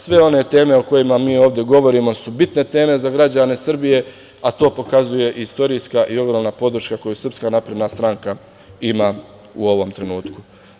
Sve one teme o kojima mi ovde govorimo su bitne teme za građane Srbije, a to pokazuje istorijska i odgovorna podrška koju Srpska napredna stranka ima u ovom trenutku.